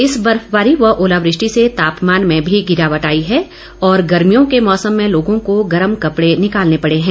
इस बर्फबारी व ओलावृष्टि से तापमान में भी गिरावट आई है और गर्मियों के मौसम में लोगों को गर्म कपड़े निकालने पड़े हैं